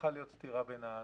צריכה להיות סתירה בין הדברים.